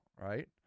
right